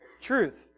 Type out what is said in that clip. Truth